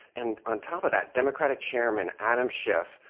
and on top of that, democratic chairman adam schiff,